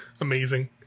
Amazing